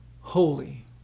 Holy